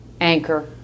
Anchor